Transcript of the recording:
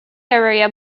area